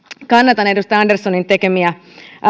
kannatan edustaja anderssonin tekemiä